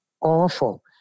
awful